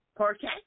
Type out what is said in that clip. Okay